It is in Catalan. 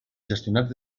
gestionats